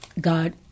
God